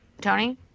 Tony